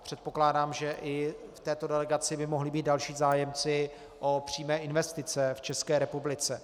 Předpokládám, že i v této delegaci by mohli být další zájemci o přímé investice v České republice.